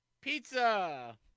Pizza